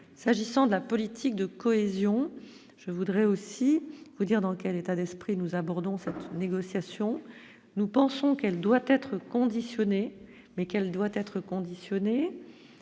s'agissant de la politique de cohésion, je voudrais aussi vous dire dans quel état d'esprit, nous abordons cette négociation, nous pensons qu'elle doit être conditionnée, mais qu'elle doit être conditionnée